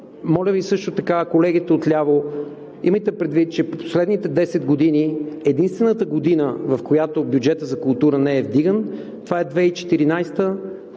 моля Ви, също така колегите отляво, имайте предвид, че последните 10 години, единствената година в която бюджетът за култура не е вдиган, това е 2014 г.,